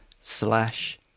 slash